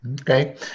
Okay